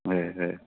হয় হয়